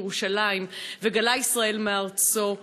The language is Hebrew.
את ירושלים וגלה ישראל מארצו"